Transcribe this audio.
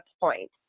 point